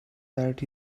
that